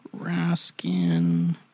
Raskin